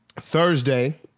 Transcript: Thursday